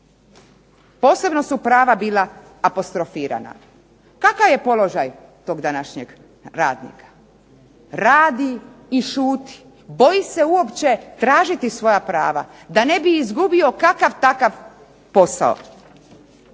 Posebno su prava bila apostrofirana. Kakav je položaj tog današnjeg radnika? Radi i šuti. Boji se uopće tražiti svoja prava da ne bi izgubio kakav takav posao